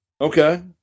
Okay